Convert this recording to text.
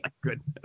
goodness